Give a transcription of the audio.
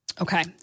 Okay